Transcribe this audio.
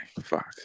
Fuck